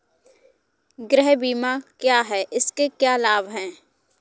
गृह बीमा क्या है इसके क्या लाभ हैं?